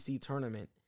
tournament